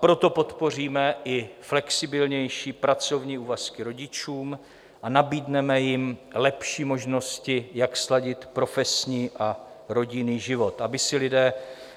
Proto podpoříme i flexibilnější pracovní úvazky rodičům a nabídneme jim lepší možnosti, jak sladit profesní a rodinný život, aby si lidé